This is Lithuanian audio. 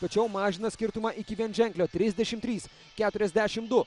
tačiau mažina skirtumą iki vienženklio trisdešim trys keturiasdešim du